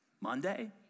Monday